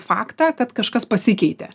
faktą kad kažkas pasikeitė